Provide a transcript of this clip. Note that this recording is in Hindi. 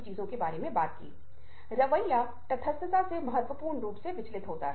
और वह एक लंबे समय के लिए एक यात्री लेने में सक्षम नहीं हुआ है